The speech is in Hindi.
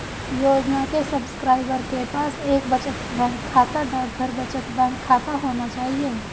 योजना के सब्सक्राइबर के पास एक बचत बैंक खाता, डाकघर बचत बैंक खाता होना चाहिए